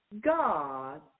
God